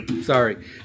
sorry